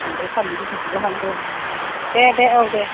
बांद्राय सान्दुं गोसाखौबो हाद्रायनाय नङा दे दे औ दे